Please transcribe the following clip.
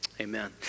Amen